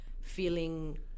feeling